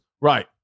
right